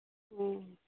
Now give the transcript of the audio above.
ᱚᱻ